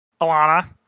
Alana